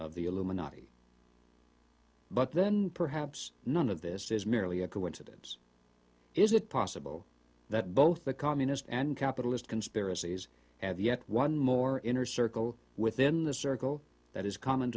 illuminati but then perhaps none of this is merely a coincidence is it possible that both the communist and capitalist conspiracies have yet one more inner circle within the circle that is comm